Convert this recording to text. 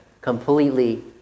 completely